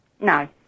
No